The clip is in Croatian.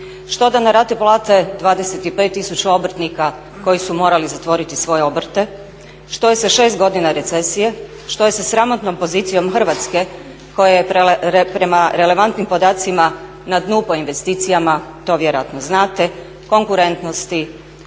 što da na rate plate 25 tisuća obrtnika koji su moral zatvoriti svoje obrte? Što je sa 6 godina recesije? Što je sa 6 godina recesije? Što je sa sramotnom pozicijom Hrvatske koja je prema relevantnim podacima na dnu po investicijama to vjerojatno znate, konkurentnosti